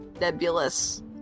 nebulous